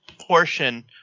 portion